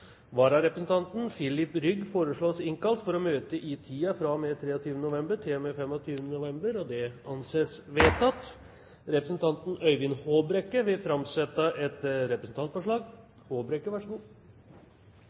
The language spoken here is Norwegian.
Vararepresentanten, Filip Rygg, innkalles for å møte i tiden fra og med 23. november til og med 25. november. Representanten Øyvind Håbrekke vil framsette et